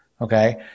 okay